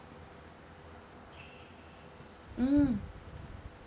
mm